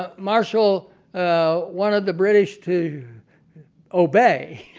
ah marshall ah wanted the british to obey.